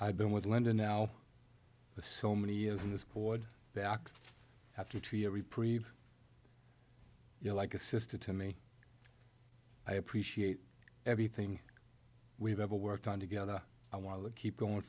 i've been with linda now for so many years on this board back after tree a reprieve you're like a sister to me i appreciate everything we've ever worked on together i want to keep going